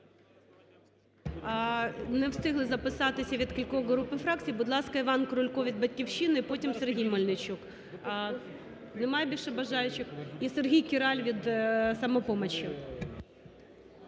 Не встигли записатися від кількох груп і фракцій, будь ласка, Іван Крулько від "Батьківщини", потім Сергій Мельничук. Немає більше бажаючих? І Сергій Кіраль, від "Самопомочі".